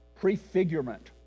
prefigurement